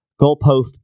goalpost